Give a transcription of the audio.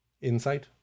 insight